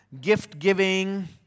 gift-giving